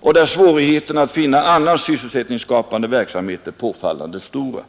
och där svårigheterna att finna annan sysselsättningsskapande verksamhet är påfallande stora.